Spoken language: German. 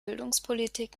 bildungspolitik